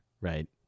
right